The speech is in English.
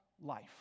life